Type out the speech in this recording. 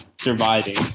surviving